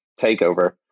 takeover